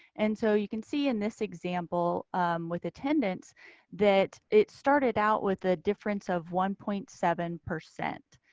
and so you can see in this example with attendance that it started out with a difference of one point seven percent.